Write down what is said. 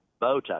Botas